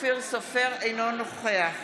אינו נוכח